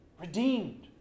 redeemed